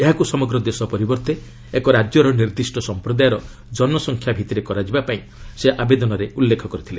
ଏହାକୁ ସମଗ୍ର ଦେଶ ପରିବର୍ତ୍ତେ ଏକ ରାଜ୍ୟର ନିର୍ଦ୍ଦିଷ୍ଟ ସମ୍ପ୍ରଦାୟର ଜନସଂଖ୍ୟା ଭିତ୍ତିରେ କରାଯିବାପାଇଁ ସେ ଆବେଦନରେ ଉଲ୍ଲେଖ କରିଥିଲେ